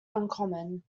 uncommon